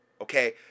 Okay